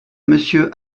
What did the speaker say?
monsieur